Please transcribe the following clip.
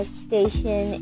station